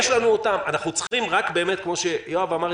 אנחנו צריכים רק כמו שיואב אמר,